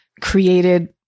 created